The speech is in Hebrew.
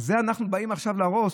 אז את זה אנחנו באים עכשיו להרוס?